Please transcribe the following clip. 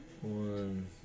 One